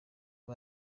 abo